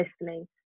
listening